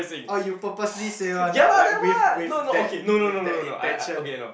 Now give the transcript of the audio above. orh you purposely say one lah like with with that with that intention